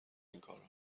اینکارا